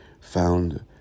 found